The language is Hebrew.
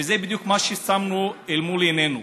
וזה בדיוק מה ששמנו אל מול עינינו.